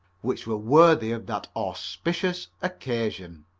which were worthy of that auspicious occasion.